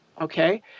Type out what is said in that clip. okay